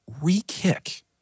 re-kick